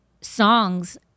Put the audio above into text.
songs